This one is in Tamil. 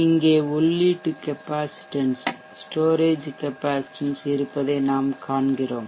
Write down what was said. இங்கேஉள்ளீட்டு கெப்பாசிட்டன்ஸ் ஸ்டோரேஜ் கெப்பாசிட்டன்ஸ் இருப்பதை நாம் காண்கிறோம்